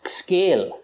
scale